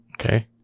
Okay